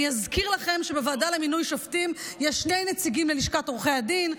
אני אזכיר לכם שבוועדה למינוי שופטים יש שני נציגים ללשכת עורכי הדין,